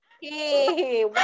Hey